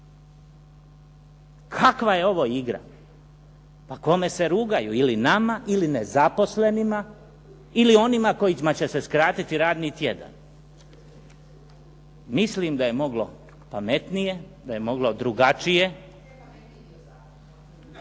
Kakva je ovo igra? Pa kome se rugaju? Ili nama ili nezaposlenima ili onima kojima će se skratiti radni tjedan? Mislim da je moglo pametnije, da je moglo drugačije.